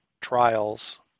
trials